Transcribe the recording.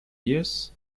years